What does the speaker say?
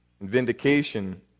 Vindication